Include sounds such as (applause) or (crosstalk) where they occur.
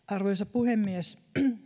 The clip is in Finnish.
(unintelligible) arvoisa puhemies